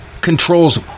controls